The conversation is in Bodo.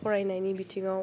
फरायनायनि बिथिङाव